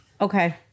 Okay